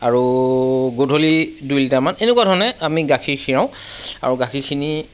আৰু গধূলি দুই লিটাৰমান এনেকুৱা ধৰণে আমি গাখীৰ খীৰাওঁ আৰু গাখীৰখিনি